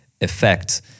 effect